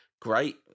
great